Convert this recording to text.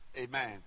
Amen